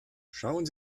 schauen